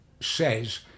says